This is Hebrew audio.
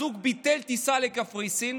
הזוג ביטל טיסה לקפריסין,